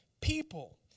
people